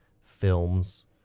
films